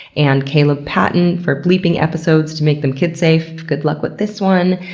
and caleb patton for bleeping episodes to make them kid safe good luck with this one.